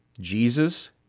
Jesus